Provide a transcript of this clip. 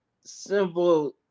simple